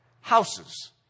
Houses